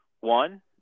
one